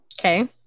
Okay